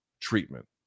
treatment